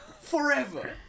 Forever